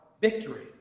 victory